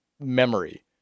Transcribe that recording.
memory